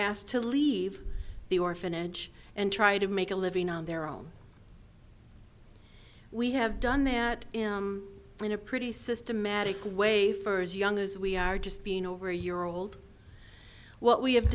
asked to leave the orphanage and try to make a living on their own we have done that in a pretty systematic way for as young as we are just being over a year old what we have